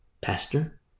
Pastor